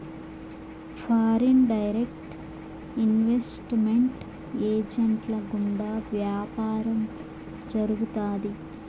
foreign direct investment ఏజెంట్ల గుండా వ్యాపారం జరుగుతాది